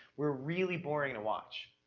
we're really boring to watch.